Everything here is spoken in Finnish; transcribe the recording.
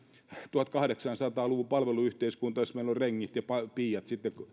tuhatkahdeksansataa luvun palveluyhteiskuntaan jossa meillä on rengit ja piiat